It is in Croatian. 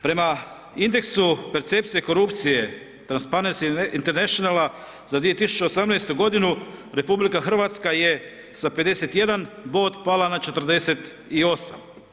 Prema indeksu percepcije korupcije Transparency Internationala za 2018. g. RH je sa 51 bod pala na 48.